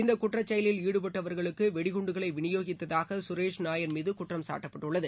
இந்த குற்றச்செயலில் ஈடுபட்டவர்களுக்கு வெடிகுண்டுகளை விநியோகித்ததாக கரேஷ் நாயர் மீது குற்றம்சாட்டப்பட்டுள்ளது